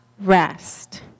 rest